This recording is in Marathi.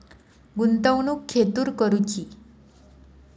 गुंतवणुक खेतुर करूची?